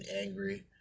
angry